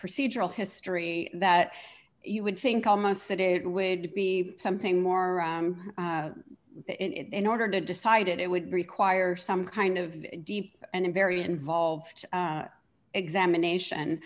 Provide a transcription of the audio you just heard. procedural history that you would think almost that it would be something more in order to decide it it would require some kind of deep and very involved examination